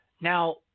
Now